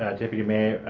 ah deputy mayor.